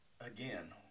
again